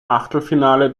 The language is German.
achtelfinale